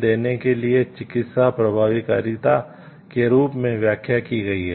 देने के लिए चिकित्सीय प्रभावकारिता के रूप में व्याख्या की गई है